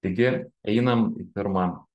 taigi einam į pirmą